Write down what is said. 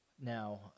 Now